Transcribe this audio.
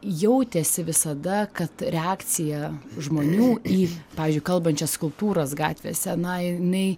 jautėsi visada kad reakcija žmonių į pavyzdžiui kalbančias skulptūras gatvėse na inai